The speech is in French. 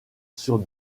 sur